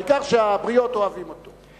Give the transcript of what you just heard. העיקר שהבריות אוהבים אותו.